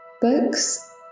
books